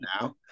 now